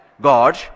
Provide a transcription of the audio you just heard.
God